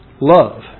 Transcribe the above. Love